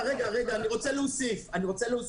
אני רוצה להוסיף.